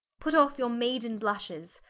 put off your maiden blushes,